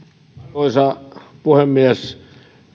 arvoisa puhemies